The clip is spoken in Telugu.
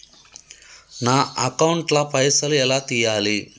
నా అకౌంట్ ల పైసల్ ఎలా తీయాలి?